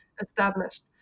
established